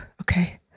okay